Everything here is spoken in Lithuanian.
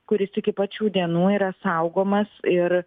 kuris iki pat šių dienų yra saugomas ir